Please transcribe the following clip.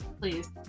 Please